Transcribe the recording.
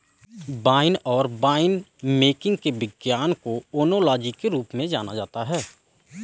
wine और winemaking के विज्ञान को ओनोलॉजी के रूप में जाना जाता है